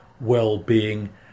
well-being